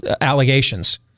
allegations